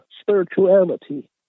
spirituality